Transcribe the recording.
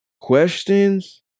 questions